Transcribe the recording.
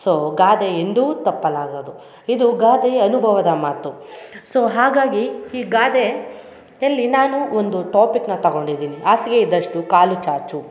so ಗಾದೆ ಎಂದೂ ತಪ್ಪಲಾಗದು ಇದು ಗಾದೆ ಅನುಭವದ ಮಾತು ಸೊ ಹಾಗಾಗಿ ಈ ಗಾದೆ ಎಲ್ಲಿ ನಾನು ಒಂದು ಟೋಪಿಕನ್ನ ತಗೊಂಡಿದ್ದೀನಿ ಹಾಸಿಗೆ ಇದ್ದಷ್ಟು ಕಾಲು ಚಾಚು